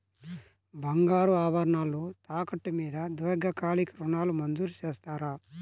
బంగారు ఆభరణాలు తాకట్టు మీద దీర్ఘకాలిక ఋణాలు మంజూరు చేస్తారా?